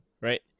right